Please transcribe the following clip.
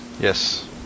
Yes